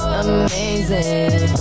amazing